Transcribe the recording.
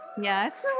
Yes